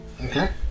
Okay